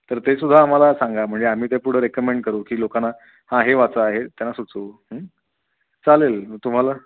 तर ते सुद्धा आम्हाला सांगा म्हणजे आम्ही ते पुढं रेकमेंड करू की लोकाना हां हे वाचां आहे त्यांना सुचवू चालेल तुम्हाला